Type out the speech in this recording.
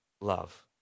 love